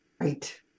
Right